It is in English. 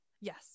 Yes